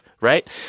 right